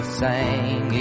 sang